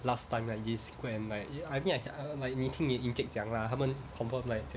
last time like this go and like I think I can like 你听你的 encik 讲 lah 他们 confirm like